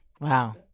Wow